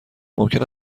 ممکن